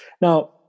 now